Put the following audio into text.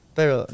Pero